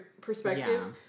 perspectives